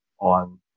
on